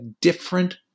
different